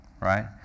right